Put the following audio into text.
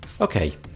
Okay